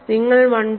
നിങ്ങൾ 1